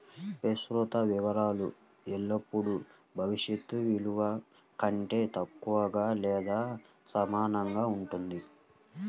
ప్రస్తుత విలువ ఎల్లప్పుడూ భవిష్యత్ విలువ కంటే తక్కువగా లేదా సమానంగా ఉంటుంది